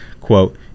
Quote